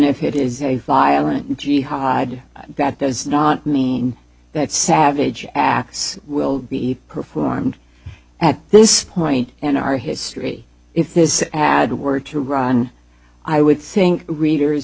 if it is a violent jihad that does not mean that savage acts will be performed at this point in our history if this ad were to run i would think readers